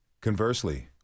Conversely